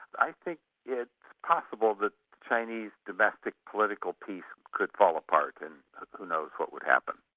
i think it's possible that chinese domestic political peace could fall apart and who knows what would happen?